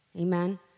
amen